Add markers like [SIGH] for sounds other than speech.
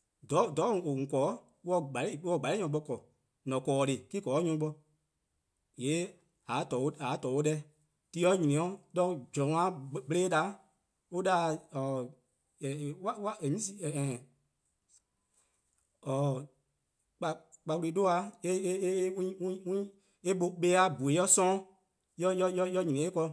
[HESITATION] :dhororn' :on 'ble-a or se 'o [HESITATION] se 'o nyor 'sluh bo :korn :an-a' :korn-deh+ me-: :korn 'de nyor+ bo, :yee' [HESITATION] :mor :a :torne'-uh deh, :yee' :mor ti nyni 'o 'do zorn 'we-eh-a [HESITATION] 'gble 'da 'an 'da-dih-a [HESITATION] kpa wlu 'duhba-' [HESITATION] eh buh+-a :bhue' 'yor 'sororn' [HESITATION] :mor eh 'nyi 'o eh ken